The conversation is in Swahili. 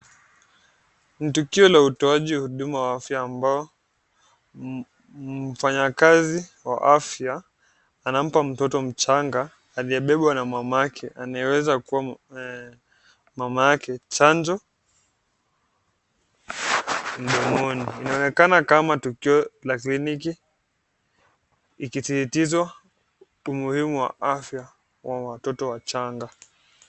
Ni tukio la utoaji huduma wa afya ambapo mfanyakazi wa afya anampa mtoto mchanga aliebebwa na mamake anayeweza kuwa mamake chanjo mdomoni. Inaonekana kama tukio la kliniki ikitiliza umuhimu wa afya wa watoto wachanga.